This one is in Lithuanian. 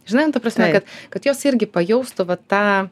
žinai nu ta prasme kad kad jos irgi pajaustų tą